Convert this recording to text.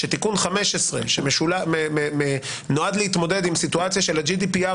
שתיקון 15 שנועד להתמודד עם סיטואציה של ה- GDPR